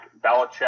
Belichick